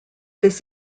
this